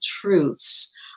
truths